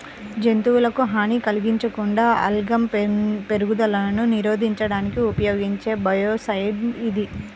జంతువులకు హాని కలిగించకుండా ఆల్గల్ పెరుగుదలను నిరోధించడానికి ఉపయోగించే బయోసైడ్ ఇది